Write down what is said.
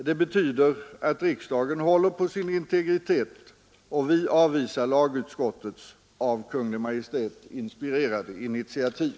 Det betyder att riksdagen håller på sin integritet och att vi avvisar lagutskottets av Kungl. Maj:t inspirerade initiativ.